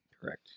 correct